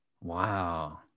wow